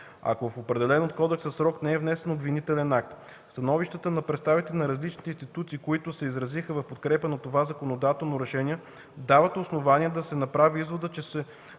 ако в определен от кодекса срок, не е внесен обвинителен акт. Становищата на представителите на различните институции, които се изразиха в подкрепа на това законодателно решение, дават основание да се направи извод, че с